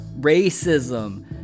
racism